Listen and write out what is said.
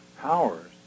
powers